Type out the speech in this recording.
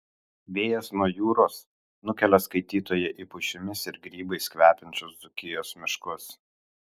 vėjas nuo jūros nukelia skaitytoją į pušimis ir grybais kvepiančius dzūkijos miškus